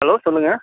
hello சொல்லுங்கள்